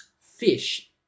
fish